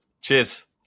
Cheers